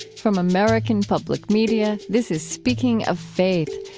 from american public media, this is speaking of faith,